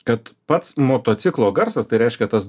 kad pats motociklo garsas tai reiškia tas